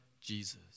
Jesus